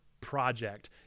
project